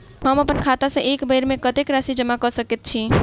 हम अप्पन खाता सँ एक बेर मे कत्तेक राशि जमा कऽ सकैत छी?